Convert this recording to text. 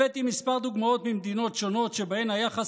הבאתי כמה דוגמאות ממדינות שונות שבהן היחס